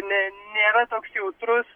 ne nėra toks jautrus